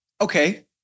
Okay